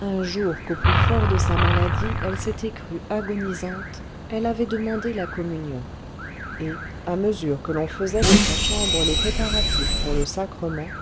un jour qu'au plus fort de sa maladie elle s'était crue agonisante elle avait demandé la communion et à mesure que l'on faisait dans sa chambre les préparatifs pour le sacrement